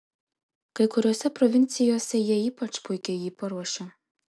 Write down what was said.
kai kuriose provincijose jie ypač puikiai jį paruošia